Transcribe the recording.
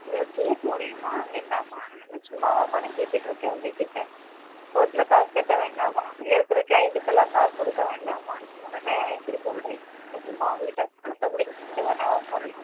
உங்களுக்கு கேஸு முடியணுமா வேண்டாமா சும்மாவா பணம் கேட்டுகிட்டு இருக்கேன் உங்கள் கிட்டே கோர்ட்டில் காசு கட்ட வேண்டாமா இருக்கிற க்ளையன்ட்கெல்லாம் காசு கொடுக்க வேண்டாமா நீங்கள் என்ன இப்படி சொல்கிறிங்க நான் என்ன சும்மாவா உங்கள் கிட்டே பணத்தை பிடிங்கி இது பண்ணவா போகிறேன் நான்